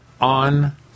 on